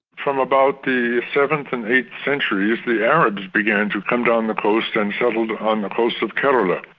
from about the seventh and eighth centuries the arabs began to come down the coast and settled on the coast of kerala.